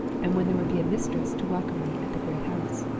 and when there would be a mistress to welcome me at the great house.